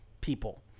people